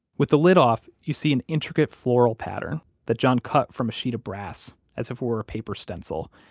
with the lid off, you see an intricate floral pattern that john cut from a sheet of brass as if it were a paper stencil,